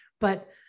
but-